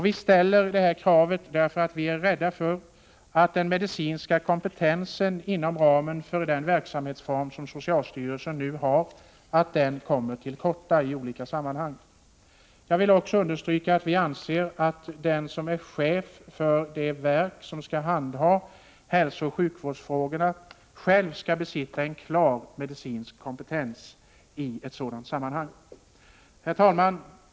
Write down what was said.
Vi ställer detta krav, därför att vi är rädda för att den medicinska kompetensen inom ramen för den verksamhetsform som socialstyrelsen nu har kommer till korta i olika sammanhang. Jag vill understryka att vi anser att den som är chef för det verk som skall handha hälsooch sjukvårdsfrågorna själv skall besitta en klar medicinsk kompetens. Herr talman!